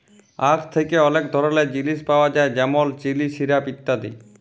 আখ থ্যাকে অলেক ধরলের জিলিস পাওয়া যায় যেমল চিলি, সিরাপ ইত্যাদি